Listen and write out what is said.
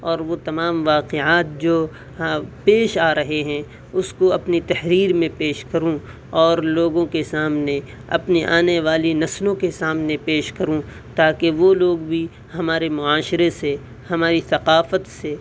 اور وہ تمام واقعات جو پیش آ رہے ہیں اس کو اپنی تحریر میں پیش کروں اور لوگوں کے سامنے اپنے آنے والی نسلوں کے سامنے پیش کروں تاکہ وہ لوگ بھی ہمارے معاشرے سے ہماری ثقافت سے